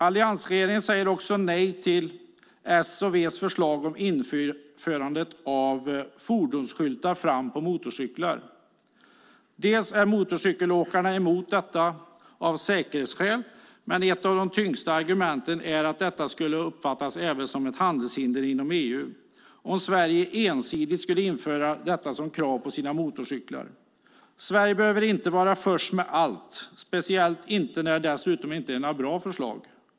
Alliansregeringen säger också nej till S och V:s förslag om införande av fordonsskyltar fram på motorcyklar. Dels är motorcykelåkarna mot detta av säkerhetsskäl, dels är ett av de tyngsta argumenten att det skulle uppfattas som ett handelshinder inom EU om Sverige ensidigt inför ett krav på skyltar för sina motorcyklar. Sverige behöver inte vara först med allt, speciellt inte när det inte är bra förslag.